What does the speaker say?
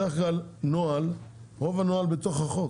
בדרך כלל נוהל, רוב הנוהל בתוך החוק